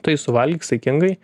tai suvalgyk saikingai